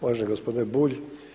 Uvaženi gospodine Bulj.